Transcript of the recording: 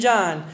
John